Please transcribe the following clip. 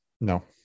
no